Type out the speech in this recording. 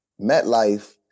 MetLife